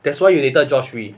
that's why you dated george wee